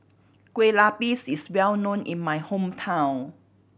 Kueh Lupis is well known in my hometown